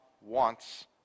wants